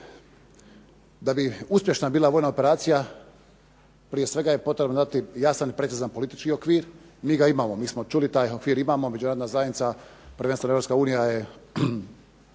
Da bi uspješna bila vojna operacija prije svega je potrebno dati jedan precizan politički okvir, mi ga imamo, mi smo čuli da taj okvir imamo, Međunarodna zajednica, prvenstveno Europska unija je